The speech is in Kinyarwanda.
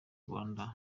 rwanda